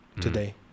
today